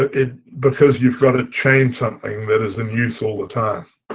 it. because you've got to change something that is in use all the time.